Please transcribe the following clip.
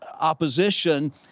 opposition